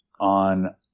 on